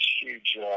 huge